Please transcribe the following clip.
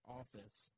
office